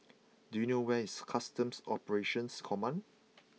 do you know where is Customs Operations Command